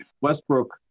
Westbrook